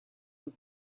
who